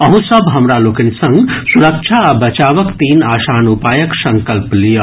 अहूँ सभ हमरा लोकनि संग सुरक्षा आ बचावक तीन आसान उपायक संकल्प लियऽ